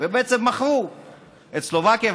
ובעצם מכרו את סלובקיה,